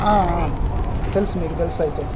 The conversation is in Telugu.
తెలుసు మీకు తెలుసు అయితే